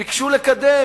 ביקשו לקדם,